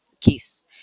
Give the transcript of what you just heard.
case